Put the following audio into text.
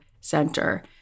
center